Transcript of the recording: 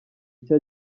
icyo